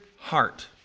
heart